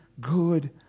good